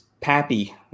pappy